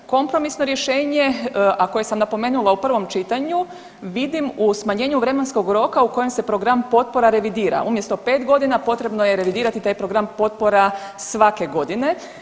Kompromisno rješenje, a koje sam napomenula u prvom čitanju vidim u smanjenju vremenskog roka u kojem se program potpora revidira, umjesto pet godina potrebno je revidirati taj program potpora svake godine.